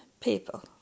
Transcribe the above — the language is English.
people